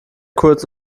kurz